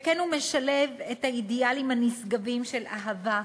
שכן הוא משלב את האידיאלים הנשגבים של אהבה,